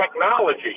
technology